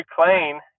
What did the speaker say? clean